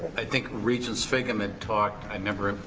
i think regent sviggum had talked, i remember,